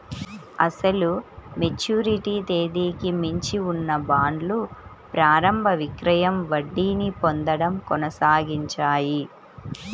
అసలు మెచ్యూరిటీ తేదీకి మించి ఉన్న బాండ్లు ప్రారంభ విక్రయం వడ్డీని పొందడం కొనసాగించాయి